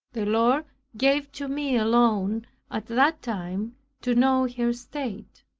the lord gave to me alone at that time to know her state.